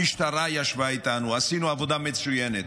המשטרה ישבה איתנו, עשינו עבודה מצוינת.